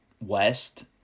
West